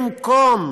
במקום